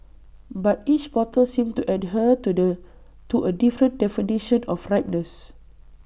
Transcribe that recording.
but each bottle seemed to adhere to the to A different definition of ripeness